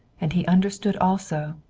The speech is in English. and he understood, also,